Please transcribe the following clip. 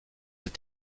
est